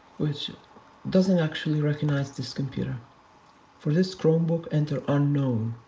which doesn't actually recognize this computer for this chromebook enter unknown.